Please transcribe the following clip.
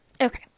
Okay